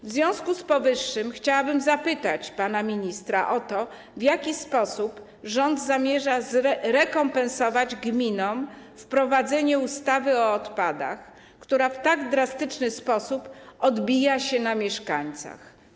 W związku z powyższym chciałabym zapytać pana ministra o to, w jaki sposób rząd zamierza rekompensować gminom wprowadzenie ustawy o odpadach, która w tak drastyczny sposób odbija się na mieszkańcach.